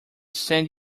send